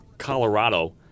Colorado